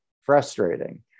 frustrating